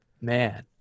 man